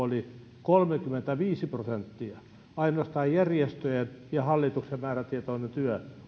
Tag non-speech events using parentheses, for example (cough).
(unintelligible) oli kolmekymmentäviisi prosenttia ainoastaan järjestöjen ja hallituksen määrätietoinen työ